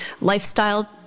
Lifestyle